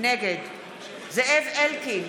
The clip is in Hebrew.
נגד זאב אלקין,